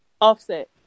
Offset